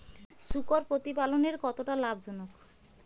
শূকর প্রতিপালনের কতটা লাভজনক?